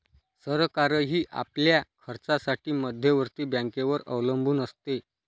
सरकारही आपल्या खर्चासाठी मध्यवर्ती बँकेवर अवलंबून असते